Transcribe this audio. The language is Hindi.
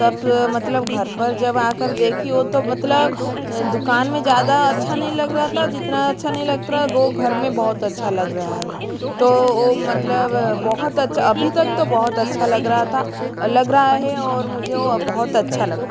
तब मतलब घर पर जब आकर देखी ओ तो मतलब दुकान में ज़्यादा अच्छा नहीं लग रहा था जितना अच्छा नहीं लग रहा था और घर में बहुत अच्छा लग रहा है तो वह मतलब बहुत अच्छा अभी तक तो बहुत अच्छा लग रहा था लग रहा है और मुझे वह बहुत लगा